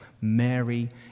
Mary